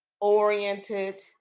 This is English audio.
oriented